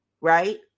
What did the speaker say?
right